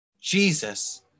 Jesus